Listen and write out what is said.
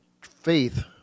faith